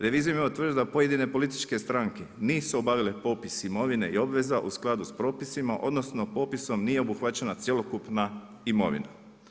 Revizijom je utvrđeno da pojedine političke stranke nisu obavile popis imovine i obveza u skladu s propisima odnosno popisom nije obuhvaćena cjelokupna imovina.